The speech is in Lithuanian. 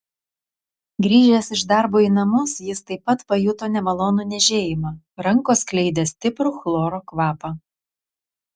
grįžęs iš darbo į namus jis taip pat pajuto nemalonų niežėjimą rankos skleidė stiprų chloro kvapą